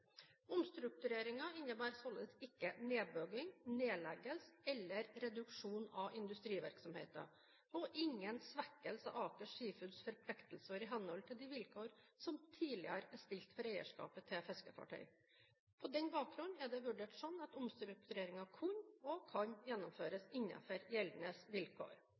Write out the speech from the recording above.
innebærer således ikke nedbygging, nedleggelse eller reduksjon av industrivirksomheten, og ingen svekkelse av Aker Seafoods' forpliktelser i henhold til de vilkår som tidligere er stilt for eierskapet til fiskefartøy. På denne bakgrunn er det vurdert slik at omstruktureringen kunne – og kan – gjennomføres innenfor gjeldende vilkår.